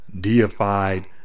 deified